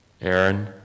Aaron